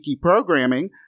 programming